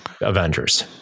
Avengers